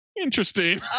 Interesting